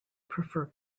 prefer